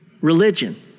Religion